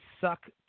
Suck